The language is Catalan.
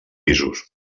pisos